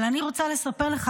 אבל אני רוצה לספר לך,